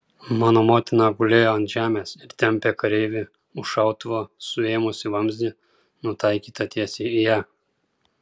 mano motina gulėjo ant žemės ir tempė kareivį už šautuvo suėmusį vamzdį nutaikytą tiesiai į ją